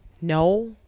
No